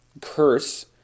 curse